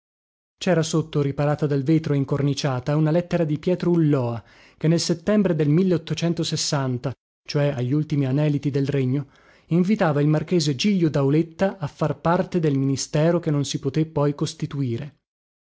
cera sotto riparata dal vetro e incorniciata una lettera di pietro ulloa che nel settembre del cioè agli ultimi aneliti del regno invitava il marchese giglio dauletta a far parte del ministero che non si poté poi costituire